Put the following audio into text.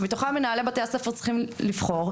שמתוכם מנהלי בתי הספר צריכים לבחור.